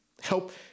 Help